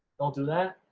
don't do that,